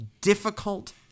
difficult